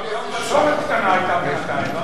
גם בצורת קטנה היתה בינתיים.